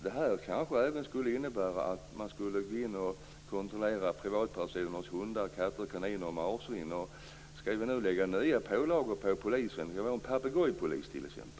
Detta kanske skulle innebära att man även skall kontrollera privatpersoners hundar, katter, kaniner och marsvin. Skall vi nu lägga nya pålagor på polisen? Skall vi ha en papegojpolis t.ex.?